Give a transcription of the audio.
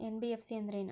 NBFC ಅಂದ್ರೇನು?